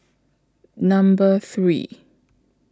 Number three